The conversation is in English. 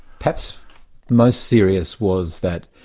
perhaps most serious was that